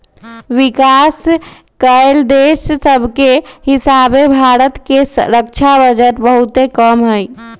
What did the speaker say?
विकास कएल देश सभके हीसाबे भारत के रक्षा बजट बहुते कम हइ